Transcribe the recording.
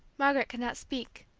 margaret could not speak.